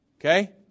Okay